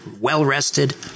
well-rested